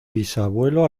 bisabuelo